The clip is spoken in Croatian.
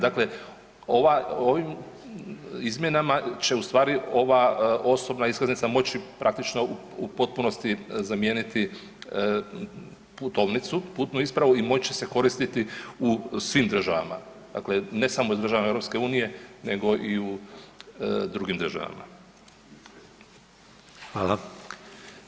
Dakle, ova, ovim izmjenama će u stvari ova osobna iskaznica moći praktično u potpunosti zamijeniti putovnicu, putnu ispravu i moći će se koristiti u svim državama, dakle ne samo u državama EU nego i u drugim državama.